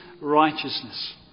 righteousness